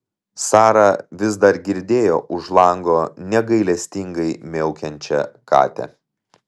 sara vis dar girdėjo už lango negailestingai miaukiančią katę